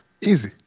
Easy